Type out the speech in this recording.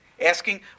asking